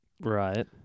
Right